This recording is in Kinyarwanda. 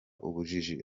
ubujiji